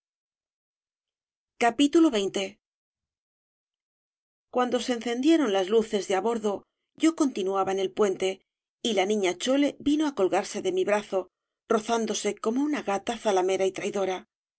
se encendieron las luces de á bordo yo continuaba en el puente y la niña chole vino á colgarse de mi brazo rozándose cosj mo una gata zalamera y traidora